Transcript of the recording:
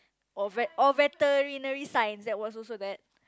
or vet or veterinary science that was also that